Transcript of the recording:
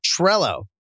Trello